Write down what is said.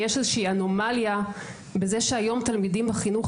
יש איזה שהיא אנומליה בזה שהיום תלמידים בחינוך